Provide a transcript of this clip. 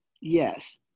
yes